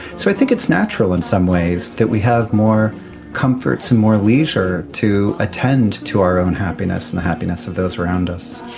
so i think it's natural in some ways that we have more comforts and more leisure to attend to our own happiness and the happiness of those around us.